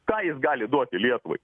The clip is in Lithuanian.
ką jis gali duoti lietuvai